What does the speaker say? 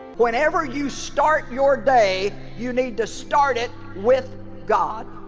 whenever you start your day you need to start it with god